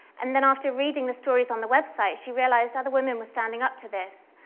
and then after reading the stories on the website, she realized other women were standing up to this,